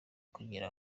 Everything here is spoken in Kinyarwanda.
kugira